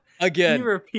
Again